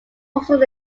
also